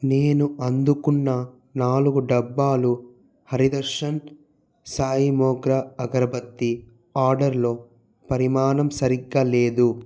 నేను అందుకున్న నాలుగు డబ్బాలు హరి దర్శన్ సాయి మోగ్రా అగరబత్తి ఆర్డర్లో పరిమాణం సరిగ్గా లేదు